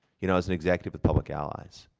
you know as an executive with public allies,